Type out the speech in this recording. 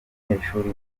umunyeshuri